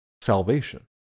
salvation